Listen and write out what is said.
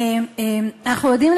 אנחנו יודעים,